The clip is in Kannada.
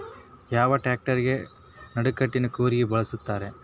ಯಾವ ಟ್ರ್ಯಾಕ್ಟರಗೆ ನಡಕಟ್ಟಿನ ಕೂರಿಗೆ ಬಳಸುತ್ತಾರೆ?